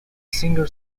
singer